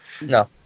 No